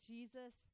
Jesus